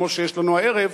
כמו שיש לנו הערב,